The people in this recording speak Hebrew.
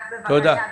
רק בבקשה,